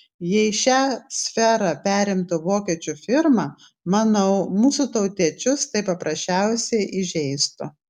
jei šią sferą perimtų vokiečių firma manau mūsų tautiečius tai paprasčiausiai įžeistų